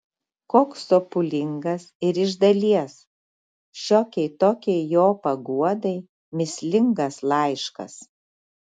koks sopulingas ir iš dalies šiokiai tokiai jo paguodai mįslingas laiškas